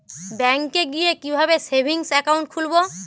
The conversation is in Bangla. ব্যাঙ্কে গিয়ে কিভাবে সেভিংস একাউন্ট খুলব?